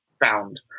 found